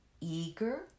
eager